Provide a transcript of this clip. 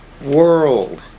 world